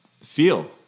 feel